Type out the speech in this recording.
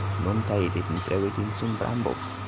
and untied it and threw it in some brambles.